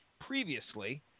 previously